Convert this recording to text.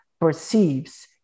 perceives